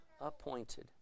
appointed